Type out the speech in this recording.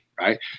Right